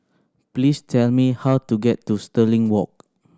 please tell me how to get to Stirling Walk